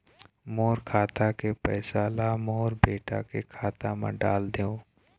मोर खाता के पैसा ला मोर बेटा के खाता मा डाल देव?